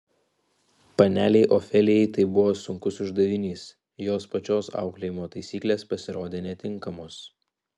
panelei ofelijai tai buvo sunkus uždavinys jos pačios auklėjimo taisyklės pasirodė netinkamos